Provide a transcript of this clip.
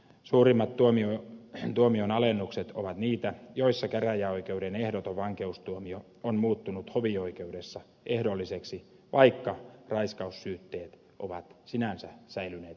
suurimmat tuomion alennukset ovat niitä joissa käräjäoikeuden ehdoton vankeustuomio on muuttunut hovioikeudessa ehdolliseksi vaikka raiskaussyytteet ovat sinänsä säilyneet ennallaan